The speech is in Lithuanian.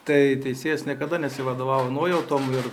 tai teisėjas niekada nesivadovavo nuojautom ir